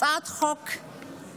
הצעת החוק שלי,